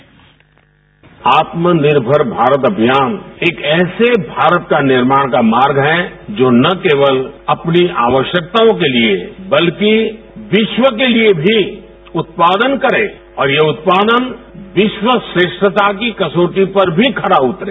bite आत्मनिर्मर भारत अभियान एक ऐसे भारत का निर्माण का मार्ग है जो न केवल अपनी आवश्यकताओं के लिए वल्कि विश्व के लिए भी उत्पादन करे और यह उत्पादन विश्व श्रेष्ठता की कसौटी पर भी खरा उतरे